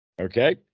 Okay